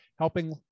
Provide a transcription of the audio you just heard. helping